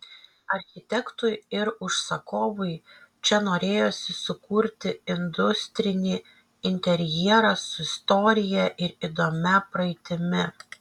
architektui ir užsakovui čia norėjosi sukurti industrinį interjerą su istorija ir įdomia praeitimi